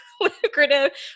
lucrative